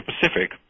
Pacific